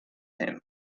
him